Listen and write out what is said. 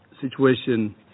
situation